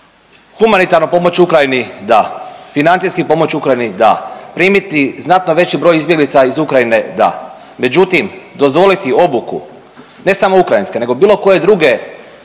Humanitarno pomoć Ukrajini da, financijski pomoć Ukrajini da, primiti znatno veći broj izbjeglica iz Ukrajine da, međutim dozvoliti obuku, ne samo ukrajinske nego bilo koje druge